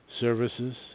services